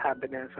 happiness